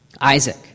Isaac